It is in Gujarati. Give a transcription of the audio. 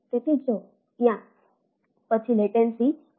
તેથી જો ત્યાં પછી લેટેનસી છે